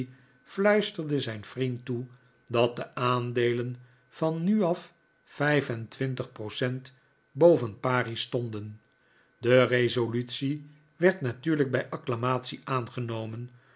fluisterde zijn vriend toe dat de aandeelen van nu af vijf en twintig procent boven pari stonden de resolutie werd natuurlijk bij acclamatie aangenomen